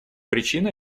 причины